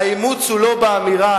האימוץ הוא לא באמירה,